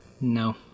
No